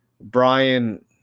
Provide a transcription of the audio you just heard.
Brian